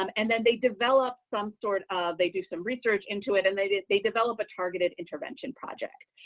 um and then they develop some sort of, they do some research into it, and they d they develop a targeted intervention project,